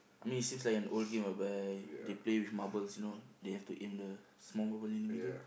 I mean it seems like an old game whereby they play with marbles you know they have to aim the small marble in the middle